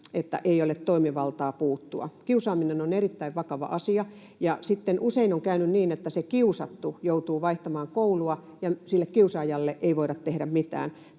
että ei ole toimivaltaa puuttua. Kiusaaminen on erittäin vakava asia, ja sitten usein on käynyt niin, että se kiusattu joutuu vaihtamaan koulua ja sille kiusaajalle ei voida tehdä mitään.